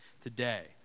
today